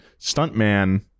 Stuntman